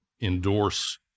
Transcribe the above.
endorse